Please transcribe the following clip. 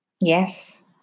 yes